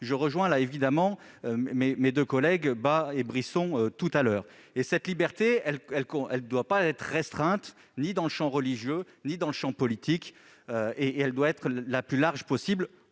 Je rejoins les propos de mes deux collègues Bas et Brisson : cette liberté ne doit pas être restreinte, ni dans le champ religieux ni dans le champ politique. Elle doit être la plus large possible.